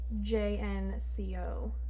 J-N-C-O